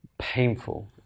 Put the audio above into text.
painful